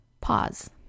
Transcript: pause